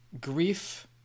Grief